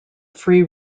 free